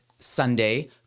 sunday